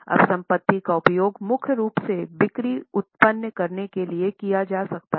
अब संपत्ति का उपयोग मुख्य रूप से बिक्री उत्पन्न करने के लिए किया जा रहा है